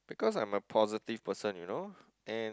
because I'm a positive person you know and